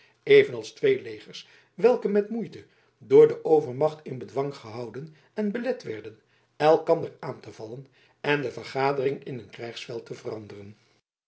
evenals twee legers welke met moeite door de overmacht in bedwang gehouden en belet werden elkander aan te vallen en de vergadering in een krijgsveld te veranderen